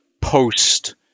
post